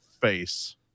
face